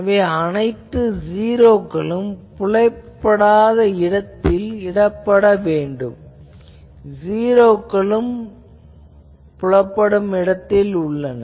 எனவே அனைத்து ஜீரோக்களும் புலப்படாத மண்டலத்தில் இடப்பட வேண்டும் புலப்படும் ஜீரோக்கள் இல்லை